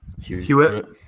Hewitt